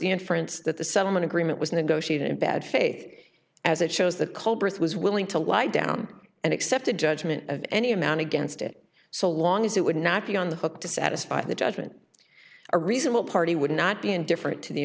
inference that the settlement agreement was negotiated in bad faith as it shows the culprit was willing to lie down and accepted judgement of any amount against it so long as it would not be on the hook to satisfy the judgment a reasonable party would not be indifferent to the